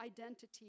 identity